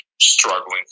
struggling